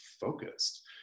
focused